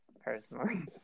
personally